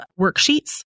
worksheets